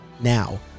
Now